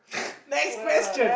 next question